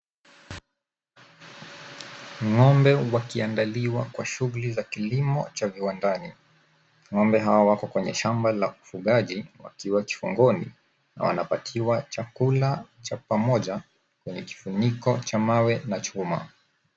Ng'ombe wakiangaliwa kwa shughuli za kilimo cha viwandani. Ng'ombe hawa wako kwenye shamba la ufugaji wakiwa chongoni na wanapatiwa chakula cha pamoja kwenye kifuniko cha mawe na chuma.